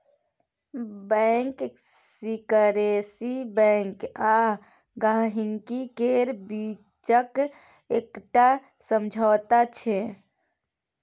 bank secrecy bank आ गांहिकी केर बीचक एकटा समझौता छै